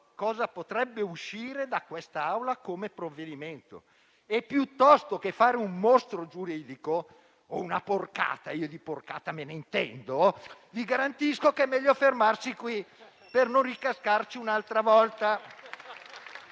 cosa potrebbe uscire da questa Aula come provvedimento e piuttosto che fare un mostro giuridico o una porcata - io di porcata me ne intendo - vi garantisco che è meglio fermarsi qui per non ricascarci un'altra volta.